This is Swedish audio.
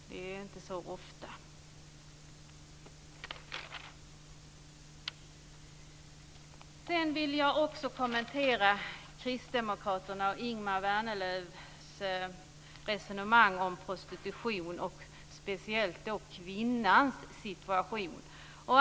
Det är det inte så ofta. Sedan vill jag också kommentera kristdemokraternas och Ingemar Vänerlövs resonemang om prostitution, och speciellt då kvinnans situation.